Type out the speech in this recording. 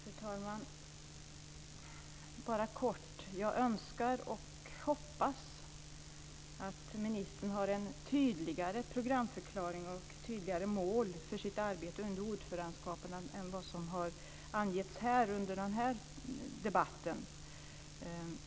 Fru talman! Jag vill bara kort säga att jag önskar och hoppas att ministern har en tydligare programförklaring och tydligare mål för sitt arbete under ordförandeskapet än vad som har angetts under den här debatten.